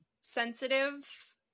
sensitive